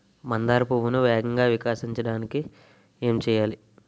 మందార పువ్వును వేగంగా వికసించడానికి ఏం చేయాలి?